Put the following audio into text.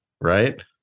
Right